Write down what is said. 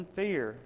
fear